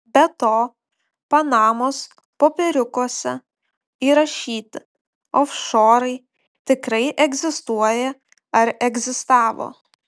be to panamos popieriukuose įrašyti ofšorai tikrai egzistuoja ar egzistavo